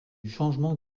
changement